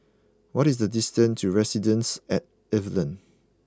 what is the distance to Residences at Evelyn